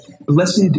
Blessed